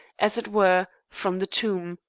as it were, from the tomb.